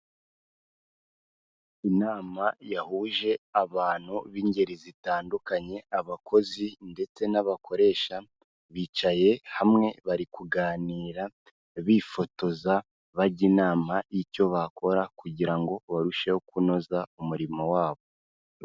Inama yahuje abantu b'ingeri zitandukanye, abakozi ndetse n'abakoresha, bicaye hamwe bari kuganira bifotoza bajya inama y'icyo bakora kugira ngo barusheho kunoza umurimo wabo.